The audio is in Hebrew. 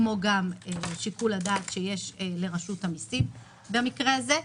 כמו גם שיקול הדעת שיש לרשות המיסים במקרה הזה.